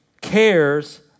cares